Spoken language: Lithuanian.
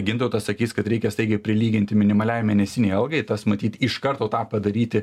gintautas sakys kad reikia staigiai prilyginti minimaliai mėnesinei algai tas matyt iš karto tą padaryti